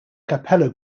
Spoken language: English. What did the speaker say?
cappella